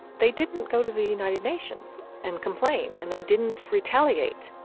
they didn't go to the united nations and complain. and they didn't retaliate,